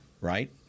right